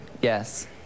Yes